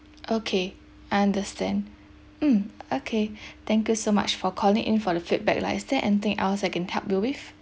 okay understand mm okay thank you so much for calling in for the feedback lah is there anything else I can help you with